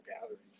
gatherings